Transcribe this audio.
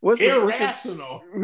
irrational